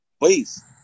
Please